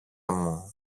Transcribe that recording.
μου